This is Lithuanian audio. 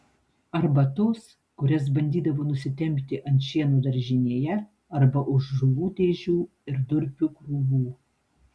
arba tos kurias bandydavo nusitempti ant šieno daržinėje arba už žuvų dėžių ir durpių krūvų